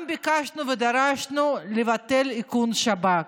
גם ביקשנו ודרשנו לבטל את איכון השב"כ.